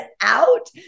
out